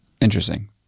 Interesting